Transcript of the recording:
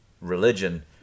religion